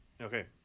Okay